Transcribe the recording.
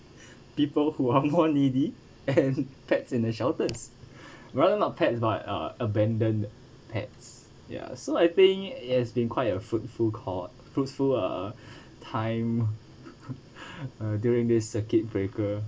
people who are more needy and pets in the shelters rather not pets but uh abandoned pets ya so I think it has been quite a fruitful cour~ fruitful uh time uh during this circuit breaker